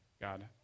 God